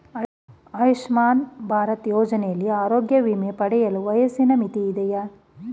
ಆಯುಷ್ಮಾನ್ ಭಾರತ್ ಯೋಜನೆಯಲ್ಲಿ ಆರೋಗ್ಯ ವಿಮೆ ಪಡೆಯಲು ವಯಸ್ಸಿನ ಮಿತಿ ಇದೆಯಾ?